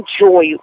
enjoy